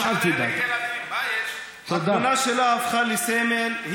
התמונה שלה הפכה לסמל.